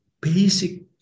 basic